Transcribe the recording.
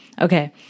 Okay